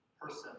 person